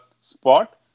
spot